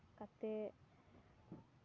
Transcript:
ᱠᱟᱛᱮᱫ